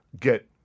get